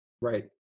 Right